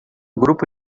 grupo